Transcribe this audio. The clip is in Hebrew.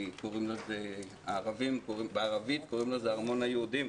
כי בערבית קוראים לזה ארמון היהודים,